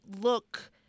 look